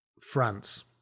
France